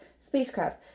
spacecraft